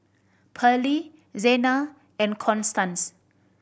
Pearlie Zena and Constance